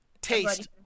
taste